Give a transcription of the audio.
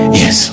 yes